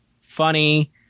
funny